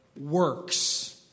works